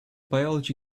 biology